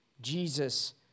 Jesus